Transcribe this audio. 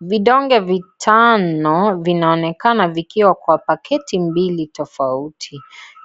Vidonge vitano vinaonekana vikiwa kwa pakiti mbili tofauti.